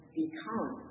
become